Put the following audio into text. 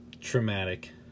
traumatic